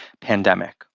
pandemic